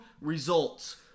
results